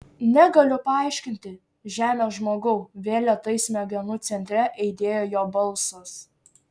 negaliu paaiškinti žemės žmogau vėl lėtai smegenų centre aidėjo jo balsas